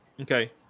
Okay